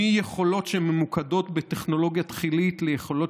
מיכולות שממוקדות בטכנולוגיה תחילית ליכולות